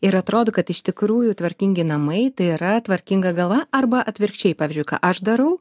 ir atrodo kad iš tikrųjų tvarkingi namai tai yra tvarkinga galva arba atvirkščiai pavyzdžiui ką aš darau